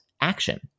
action